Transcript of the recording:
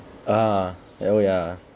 uh yeah oh yeah